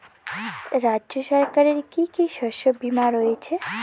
রাজ্য সরকারের কি কি শস্য বিমা রয়েছে?